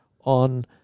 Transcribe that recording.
on